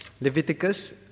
Leviticus